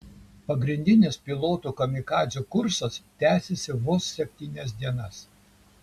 pagrindinis pilotų kamikadzių kursas tęsėsi vos septynias dienas